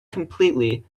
completely